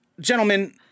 gentlemen